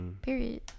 Period